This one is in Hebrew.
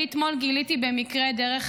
אני אתמול גיליתי במקרה, דרך